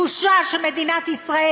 בושה שמדינת ישראל,